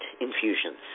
infusions